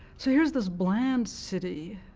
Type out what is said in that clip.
so here is this bland city,